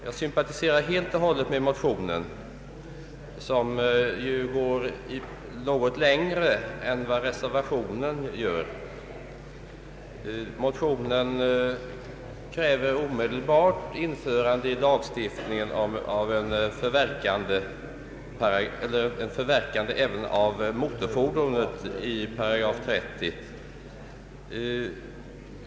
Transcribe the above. Jag sympatiserar helt och hållet med motionen, som ju går något längre än reservationen. Motionen kräver ome delbart införande i lagstiftningens 30 8 av en bestämmelse om förverkande även av motorfordon.